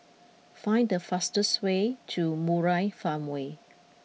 find the fastest way to Murai Farmway